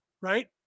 Right